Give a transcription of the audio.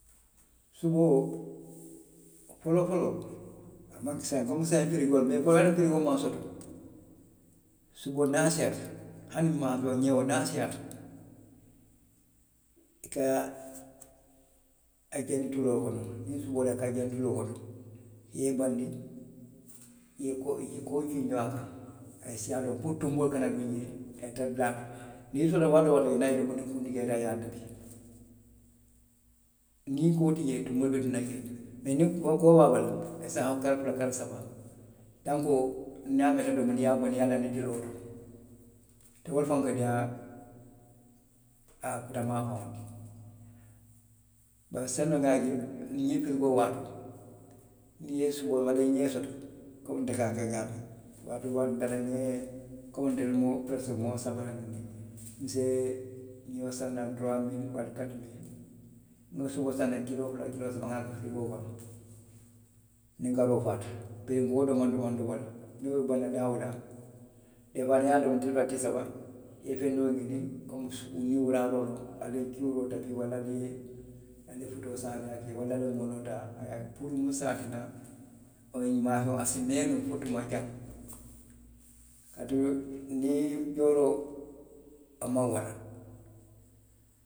Suboo, foloo foloo. a maŋ ke komi saayiŋ, komi saayiŋ firigoolu; mee folonto firigoolu maŋ soto. Suboo niŋ a siiyaata hani maafeŋ, ňeo niŋ a siiyaata. i ka a ke tuloo le kono. niŋ suboo loŋ, i ka jani tuloo kono. Niŋ i ye bandii, i ye, koo, i ye koo ňiniŋ jamaa baa, a siiyaa domondiŋ puru tonboolu kana duŋ jee. a ye tara dulaa to. Niŋ i soolata waati woo waati, i ye naa, i ye domondiŋ kuntu jee i ye taa, i ye a tabi. Niŋ koo ti jee, tunboolu be duŋ na jee le. mee niŋ koo be a bala, a si taa kari, kari saba. Tanko, niŋ a meeta domondiŋ, i ye a bondi i ye a laandi tiloo to. te wo le faŋo ka diiyaa a kutamaa faŋo ti. Bari saayiŋ noŋ nŋa je, ňiŋ firigoo waatoo. niŋ i ye suboo, walla i ňee soto. i ka wo le muta ka a ke ňaa to waatoo komi ntelu mu peresiko moo saba le ti, nse ňeo saŋ naŋ turuwaa mili waari kati mili, nŋa suboo saŋ naŋ kiloo fula, kiloo saba nŋa a ke firigoo kono. Niŋ karoo faata. ka wo doomaŋ doomaŋ domo le; niŋ wo be baŋ na daa woo daa. dee fuwaa niŋ i ye a domo tili fula, tili saba. i ye feŋ doo ňiniŋ, komi supu, niŋ wuraaroo loŋ, ali ye cuuroo tabi, walla aniŋ futoo walla moonoo puru muŋ se a tinna wo maafeŋo, i si mee noo fo tuma jaŋ. Kaatu niŋ jooroo, amaŋ wara.